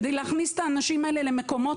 כדי להכניס את האנשים האלה למקומות